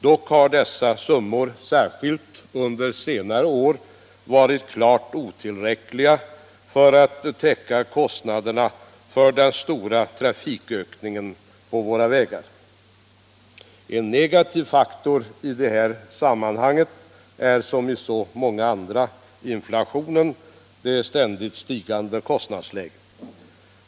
Dock har dessa summor, särskilt under senare år, varit klart otillräckliga för att täcka kostnaderna för den stora trafikökningen på våra vägar. En negativ faktor är, här som i så många andrasammanhang, inflationen; den ständigt stigande kostnadsnivån.